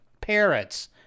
parrots